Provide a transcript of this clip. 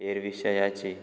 हेर विशयाची